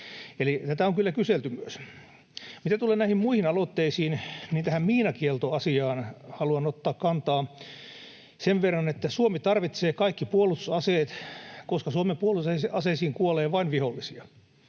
tätä on kyllä myös kyselty. Mitä tulee näihin muihin aloitteisiin, niin tähän miinakieltoasiaan haluan ottaa kantaa sen verran, että Suomi tarvitsee kaikki puolustusaseet, koska Suomen puolustusaseisiin kuolee vain vihollisia.